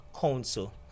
council